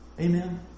Amen